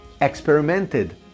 experimented